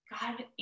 God